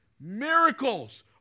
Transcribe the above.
Miracles